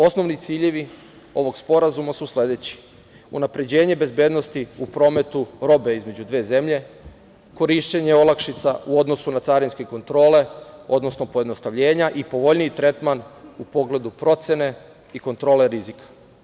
Osnovni ciljevi ovog sporazuma su sledeći: unapređenje bezbednosti u prometu robe između dve zemlje, korišćenje olakšica u odnosu na carinske kontrole, odnosno pojednostavljenja i povoljniji tretman u pogledu procene i kontrole rizika.